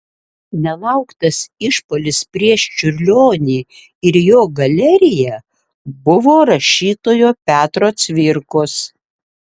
nelauktas išpuolis prieš čiurlionį ir jo galeriją buvo rašytojo petro cvirkos